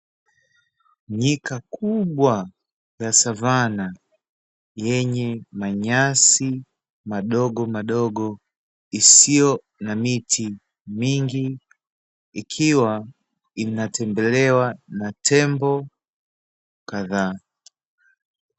Nyika kubwa la Sava yenye manyasi madogo madogo isiyo na miti mingi , ikiwa inatembelewa na tembo kadhaa.